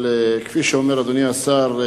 כפי שאומר אדוני השר,